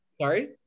Sorry